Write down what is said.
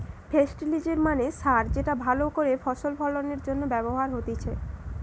ফেস্টিলিজের মানে সার যেটা ভালো করে ফসল ফলনের জন্য ব্যবহার হতিছে